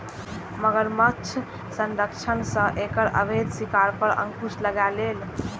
मगरमच्छ संरक्षणक सं एकर अवैध शिकार पर अंकुश लागलैए